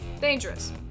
Dangerous